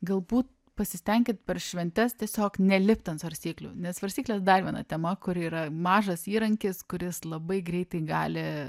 galbūt pasistenkit per šventes tiesiog nelipt ant svarstyklių nes svarstyklės dar viena tema kuri yra mažas įrankis kuris labai greitai gali